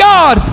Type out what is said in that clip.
God